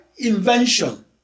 invention